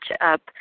up